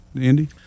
Andy